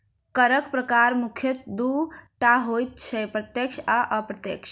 करक प्रकार मुख्यतः दू टा होइत छै, प्रत्यक्ष आ अप्रत्यक्ष